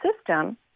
system